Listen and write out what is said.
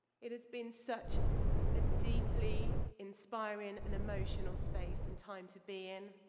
it has been such a deeply inspiring and emotional space and time to be in.